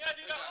אני אגיד לך.